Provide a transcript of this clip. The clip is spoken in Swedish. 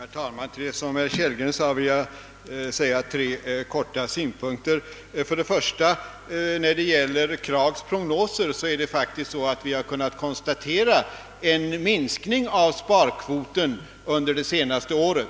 Herr talman! Med anledning av vad herr Kellgren sade vill jag i korthet anföra tre synpunkter. För det första har vi beträffande Kraghs prognoser kunnat konstatera en minskning av sparkvoten under 1965,